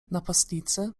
napastnicy